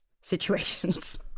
situations